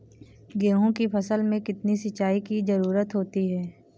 गेहूँ की फसल में कितनी सिंचाई की जरूरत होती है?